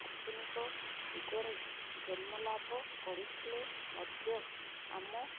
ଆଧୁନିକ ଯୁଗରେ ଜନ୍ମଲାଭ କରିଥିଲେ ମଧ୍ୟ ଆମ